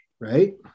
right